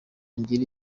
ngire